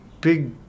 big